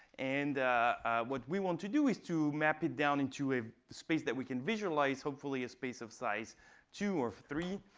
and what we want to do is to map it down into a space that we can visualize, hopefully a space of size two or three.